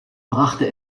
brachte